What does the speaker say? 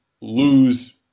lose